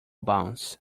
bounce